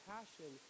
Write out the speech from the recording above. Passion